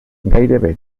gairebé